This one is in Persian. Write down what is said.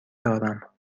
دارم